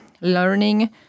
learning